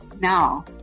now